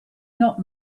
not